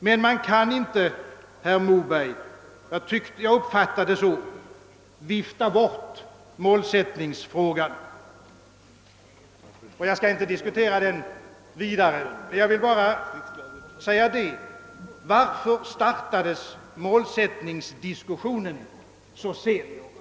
Men man kan inte vifta bort — jag uppfattar det så, herr Moberg — målsättningsfrågan. Jag skall emellertid inte vidare uppehålla mig vid den. Jag vill bara fråga: Varför startades målsättningsdiskussionen så sent?